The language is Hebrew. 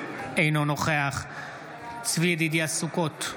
אינו נוכח צבי ידידיה סוכות,